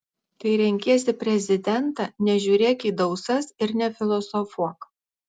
kai renkiesi prezidentą nežiūrėk į dausas ir nefilosofuok